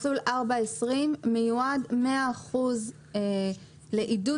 מסלול 4.20 שמיועד מאה אחוז לעידוד